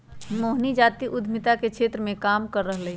मोहिनी जाति उधमिता के क्षेत्र मे काम कर रहलई ह